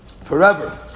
forever